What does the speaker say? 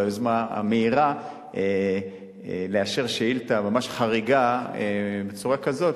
על היוזמה המהירה לאשר שאילתא ממש חריגה בצורה כזאת,